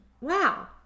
Wow